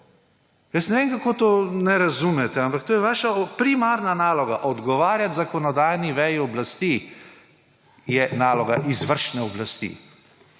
Jaz ne vem, kako to ne razumete, ampak to je vaša primarna naloga – odgovarjati zakonodajni veji oblasti je naloga izvršne oblasti.